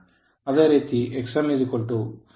ಅದೇ ರೀತಿXmV1I m ಅಂದರೆV1I0 sin∅0